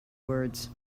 words